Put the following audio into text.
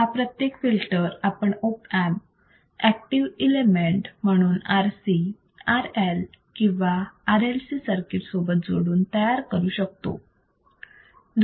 हा प्रत्येक फिल्टर आपण ऑप अँप ऍक्टिव्ह इलेमेंट म्हणून RC RLकिंवा RLC सर्किट सोबत जोडून तयार करू शकतो